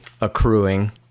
accruing